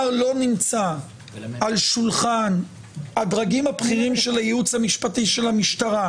לא נמצא על שולחן הדרגים הבכירים של הייעוץ המשפטי של המשטרה,